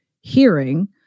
hearing